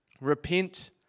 Repent